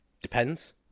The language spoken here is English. Depends